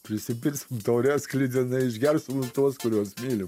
prisipilsim taures sklidina išgersim už tuos kuriuos mylim